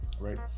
Right